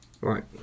Right